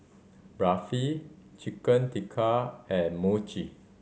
Barfi Chicken Tikka and Mochi